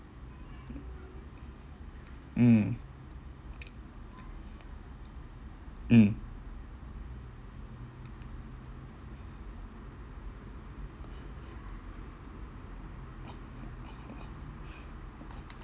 mm mm